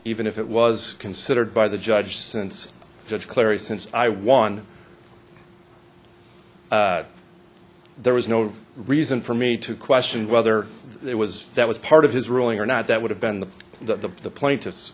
even if it was considered by the judge since judge larry since i won there was no reason for me to question whether it was that was part of his ruling or not that would have been the the the plaintiffs